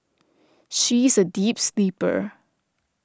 she is a deep sleeper